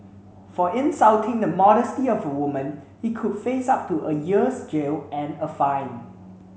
for insulting the modesty of a woman he could face up to a year's jail and a fine